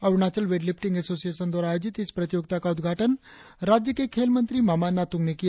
Arunachal weightlifting association द्वारा आयोजित इस प्रतियोगिता का उद्घाटन राज्य के खेल मंत्री मामा नातृंग ने किया